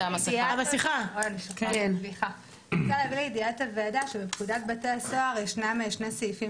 אני רוצה להביא לידיעת הוועדה שבפקודת בתי הסוהר ישנם שני סעיפים,